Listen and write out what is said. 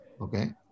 Okay